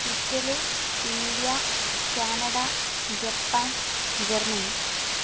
Italy India Canada Japan Germany